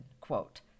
quote